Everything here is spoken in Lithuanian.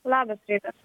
labas rytas